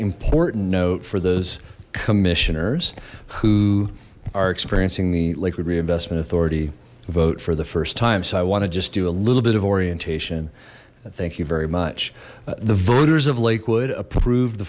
important note for those commissioners who are experiencing the liquid reinvestment authority vote for the first time so i want to just do a little bit of orientation thank you very much the voters of lakewood approved the